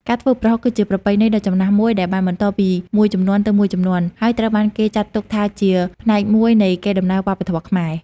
ការធ្វើប្រហុកគឺជាប្រពៃណីដ៏ចំណាស់មួយដែលបានបន្តពីមួយជំនាន់ទៅមួយជំនាន់ ហើយត្រូវបានគេចាត់ទុកថាជាផ្នែកមួយនៃកេរដំណែលវប្បធម៌ខ្មែរ។